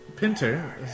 Pinter